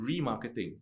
remarketing